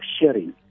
sharing